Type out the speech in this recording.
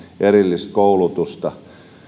erillistä koulutusta